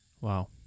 Wow